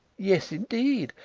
yes, indeed.